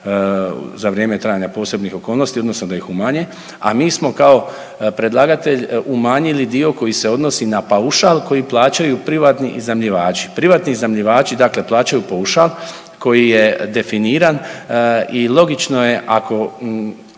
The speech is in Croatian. za vrijeme trajanja posebnih okolnosti odnosno da ih umanje, a mi smo kao predlagatelj umanjili dio koji se odnosi na paušal koji plaćaju privatni iznajmljivači. Privatni iznajmljivači dakle plaćaju paušal koji je definiran i logično je ako,